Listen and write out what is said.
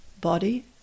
Body